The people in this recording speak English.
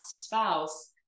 spouse